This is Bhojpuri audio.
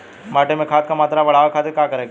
माटी में खाद क मात्रा बढ़ावे खातिर का करे के चाहीं?